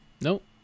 Nope